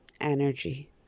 energy